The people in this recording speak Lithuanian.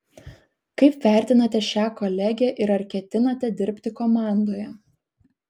kaip vertinate šią kolegę ir ar ketinate dirbti komandoje